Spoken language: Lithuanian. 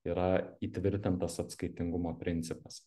yra įtvirtintas atskaitingumo principas